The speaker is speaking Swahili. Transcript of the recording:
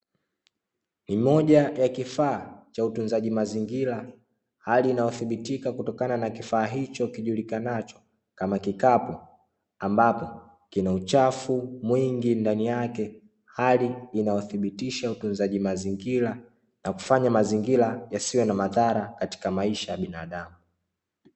NI moja ya kifaa cha utunzaji mazingira hali inayothibitika kutokana na kifaa hiko, kijulikanacho kama kikapu ambapo kina uchafu mwingi ndani yake, hali inayothibitisha utunzaji mazingira na kufanya mazingira yasiwe na madhara katika maisha ya binadamu.